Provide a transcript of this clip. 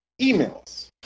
emails